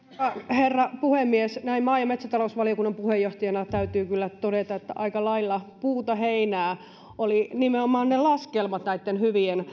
herra puhemies näin maa ja metsätalousvaliokunnan puheenjohtajana täytyy kyllä todeta että aika lailla puuta heinää olivat nimenomaan ne laskelmat näitten hyvien